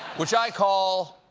which i call